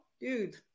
dude